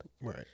Right